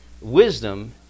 wisdom